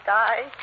die